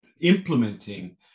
implementing